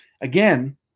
Again